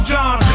John